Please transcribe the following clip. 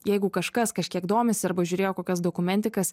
jeigu kažkas kažkiek domisi arba žiūrėjo kokias dokumentikas